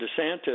DeSantis